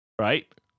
Right